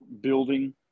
building